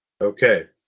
okay